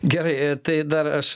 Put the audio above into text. gerai tai dar aš